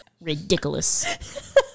Ridiculous